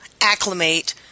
acclimate